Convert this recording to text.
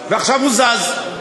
ועכשיו הוא זז.